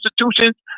institutions